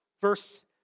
Verse